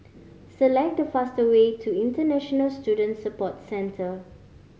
select the fast way to International Student Support Centre